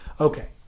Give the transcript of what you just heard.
Okay